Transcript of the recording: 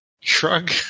shrug